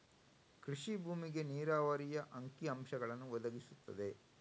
ಕೃಷಿ ಭೂಮಿಗೆ ನೀರಾವರಿಯ ಅಂಕಿ ಅಂಶಗಳನ್ನು ಒದಗಿಸುತ್ತದೆ